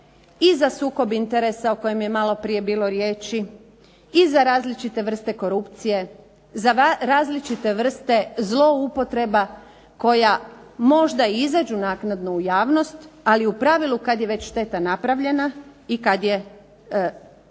i za sukob interesa o kojem je bilo malo prije riječi i za različite vrste korupcije, za različite vrste zloupotreba koje možda naknadno izađu u javnost, ali u pravilu kada je već šteta napravljena i kada je